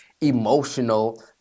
emotional